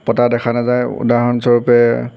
পতা দেখা নাযায় উদাহৰণস্বৰূপে